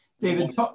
David